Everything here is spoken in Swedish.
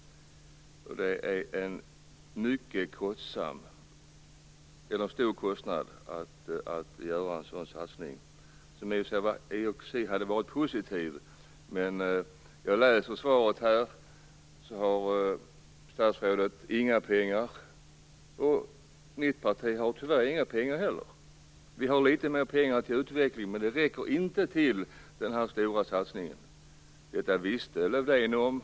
En sådan satsning innebär stora kostnader. Satsningen hade i och för sig varit positiv, men i svaret läser jag att statsrådet inte har några pengar, och mitt parti har tyvärr inte heller några pengar. Vi har litet mer pengar till utveckling, men det räcker inte till den här stora satsningen. Detta visste Lövdén om.